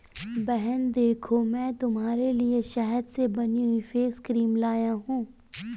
बहन देखो मैं तुम्हारे लिए शहद से बनी हुई फेस क्रीम लाया हूं